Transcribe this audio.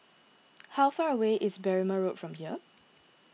how far away is Berrima Road from here